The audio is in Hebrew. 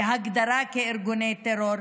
בהגדרה כארגוני טרור,